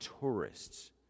tourists